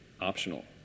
optional